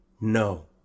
No